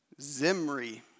Zimri